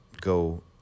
go